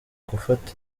gufata